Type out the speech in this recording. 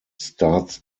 starts